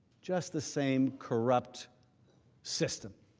just the same corrupt system.